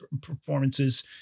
performances